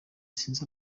sinzi